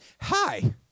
hi